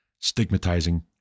stigmatizing